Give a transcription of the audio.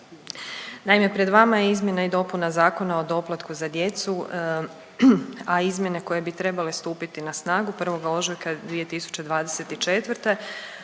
Naime, pred vama je izmjena i dopuna Zakona o doplatku za djecu, a izmjene koje bi trebale stupiti na snagu 1. ožujka 2024.